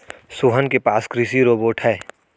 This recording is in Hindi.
सोहन के पास कृषि रोबोट है